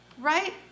Right